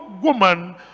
woman